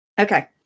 Okay